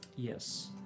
Yes